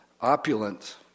opulent